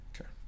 Okay